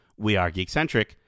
wearegeekcentric